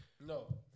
No